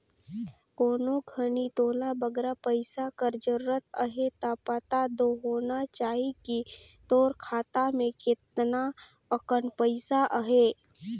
कोनो घनी तोला बगरा पइसा कर जरूरत अहे ता पता दो होना चाही कि तोर खाता में केतना अकन पइसा अहे